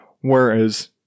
whereas